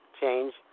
change